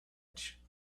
edge